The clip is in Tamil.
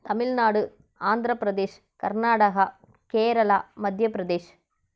தமிழ்நாடு ஆந்திரப்பிரதேஷ் கர்நாடகா கேரளா மத்தியப்பிரதேஷ்